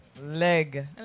Leg